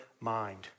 mind